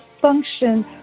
function